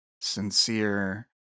sincere